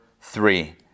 three